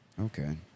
Okay